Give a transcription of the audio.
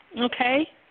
Okay